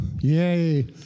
Yay